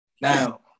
Now